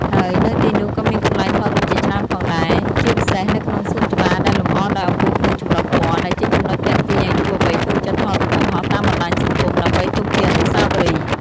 ហើយនៅទីនោះក៏មានកន្លែងថតរូបជាច្រើនផងដែរ ជាពិសេសនៅក្នុងសួនច្បារដែលលម្អដោយអំពូលភ្លើងចម្រុះពណ៌ ដែលជាចំណុចទាក់ទាញឱ្យយុវវ័យចូលចិត្តថតរូបបង្ហោះតាមបណ្ដាញសង្គមដើម្បីទុកជាអនុស្សាវរីយ៍។